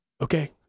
Okay